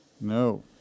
No